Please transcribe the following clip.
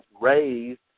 raised